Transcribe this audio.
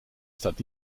staat